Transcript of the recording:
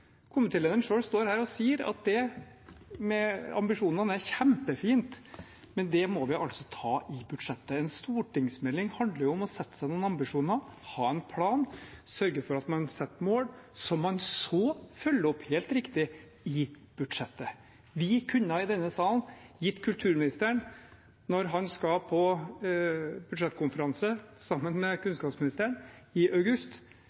står her og sier at det med ambisjonene er kjempefint, men det må vi altså ta i budsjettet. En stortingsmelding handler jo om å sette seg noen ambisjoner, ha en plan, sørge for at man setter noen mål, som man så følger opp – helt riktig – i budsjettet. Vi kunne i denne salen gitt kulturministeren, når han skal på budsjettkonferanse sammen med kunnskapsministeren i august,